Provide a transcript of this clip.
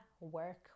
work